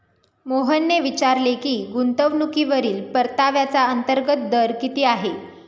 मोहनने विचारले की गुंतवणूकीवरील परताव्याचा अंतर्गत दर किती आहे?